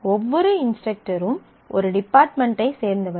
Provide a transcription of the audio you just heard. ஒவ்வொரு இன்ஸ்டரக்டரும் ஒரு டிபார்ட்மென்டை சேர்ந்தவர்கள்